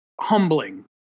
humbling